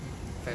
mm fair